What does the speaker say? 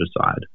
decide